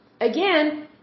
again